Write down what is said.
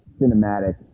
cinematic